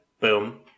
Boom